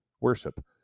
worship